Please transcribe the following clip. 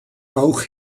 auch